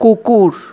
কুকুর